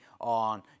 on